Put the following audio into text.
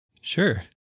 sure